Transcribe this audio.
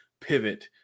pivot